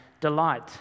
delight